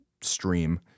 stream